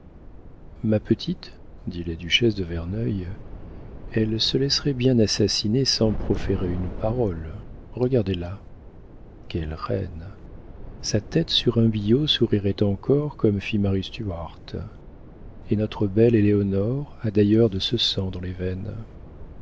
ma petite dit la duchesse de verneuil elle se laisserait bien assassiner sans proférer une parole regardez-la quelle reine sa tête sur un billot sourirait encore comme fit marie stuart et notre belle éléonore a d'ailleurs de ce sang dans les veines